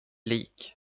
lik